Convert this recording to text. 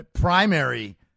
primary